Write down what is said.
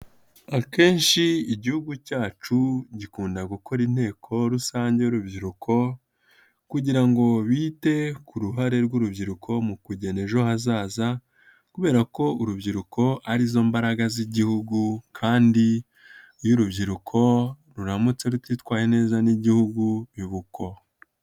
Akenshi igihugu cyacu gikunda gukora inteko rusange y'urubyiruko kugira ngo bite ku ruhare rw'urubyiruko mu kugena ejo hazaza kubera ko urubyiruko arizo mbaraga z'igihugu kandi iyo urubyiruko ruramutse rutitwaye neza n'igihugu biba uko.